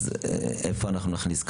אז איפה נכניס?